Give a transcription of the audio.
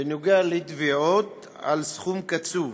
בנוגע לתביעות על סכום קצוב.